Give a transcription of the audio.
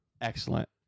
excellent